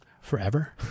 forever